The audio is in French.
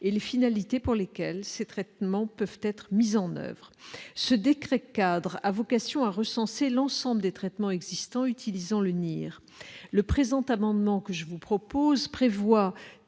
et les finalités pour lesquelles ces traitements peuvent être mis en oeuvre. Ce décret-cadre a vocation à recenser l'ensemble des traitements existants utilisant le NIR. Dans un objectif de sécurité